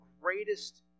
greatest